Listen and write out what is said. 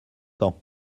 ans